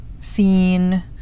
scene